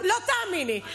לא תאמיני.